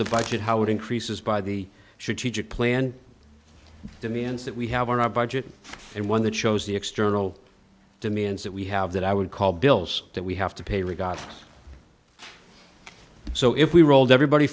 the budget how it increases by the should teach it plan demands that we have on our budget and one that shows the external demands that we have that i would call bills that we have to pay we got so if we rolled everybody